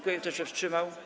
Kto się wstrzymał?